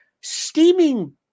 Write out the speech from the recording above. steaming